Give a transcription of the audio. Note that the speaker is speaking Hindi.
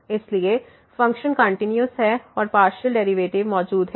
इसलिए फ़ंक्शन कंटिन्यूस है और पार्शियल डेरिवेटिव मौजूद हैं